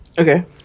Okay